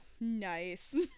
Nice